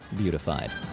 beautified